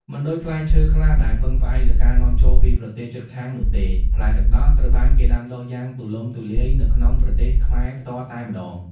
មិនដូចផ្លែឈើខ្លះដែលពឹងផ្អែកលើការនាំចូលពីប្រទេសជិតខាងនោះទេ ផ្លែទឹកដោះត្រូវបានគេដាំដុះយ៉ាងទូលំទូលាយនៅក្នុងប្រទេសខ្មែរផ្ទាល់តែម្តង។